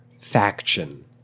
faction